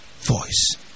voice